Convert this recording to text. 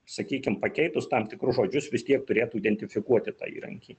sakykim pakeitus tam tikrus žodžius vis tiek turėtų identifikuoti tą įrankį